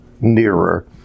nearer